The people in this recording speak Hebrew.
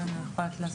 אין לנו יכולת לעשות.